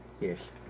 Yes